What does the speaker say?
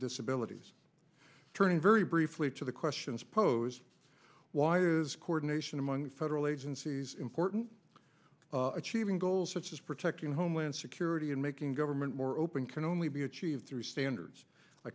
disabilities turning very briefly to the questions posed wires coordination among federal agencies important achieving goals such as protecting homeland security and making government more open can only be achieved through standards i